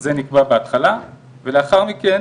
זה נקבע בהתחלה, ולאחר מכן